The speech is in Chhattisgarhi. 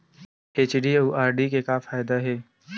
एफ.डी अउ आर.डी के का फायदा हे?